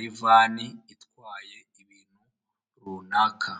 rero uwayaguha wahita ugira ubuzima bwiza.